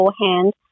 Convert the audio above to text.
beforehand